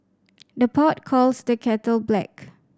the pot calls the kettle black